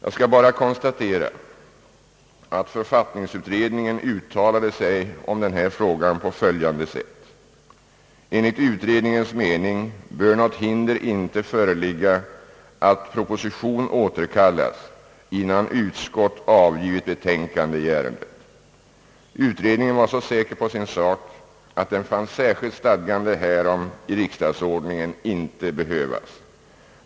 Jag skall bara konstatera att författningsutredningen uttalade sig om denna fråga på följande sätt: »Enligt utredningens mening bör något hinder inte föreligga att proposition återkallas innan utskott avgivit betänkande i ärendet.» Utredningen var så säker på sin sak att den fann särskilt stadgande härom i riksdagsordningen inte behövas.